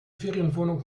ferienwohnung